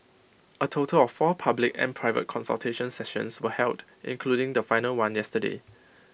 A total of four public and private consultation sessions were held including the final one yesterday